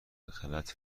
بهغلط